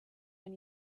when